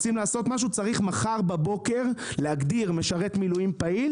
רוצים לעשות משהו צריך מחר בבוקר להגדיר משרת מילואים פעיל